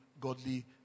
godly